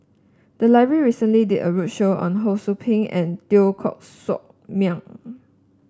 the library recently did a roadshow on Ho Sou Ping and Teo Koh Sock Miang